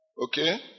Okay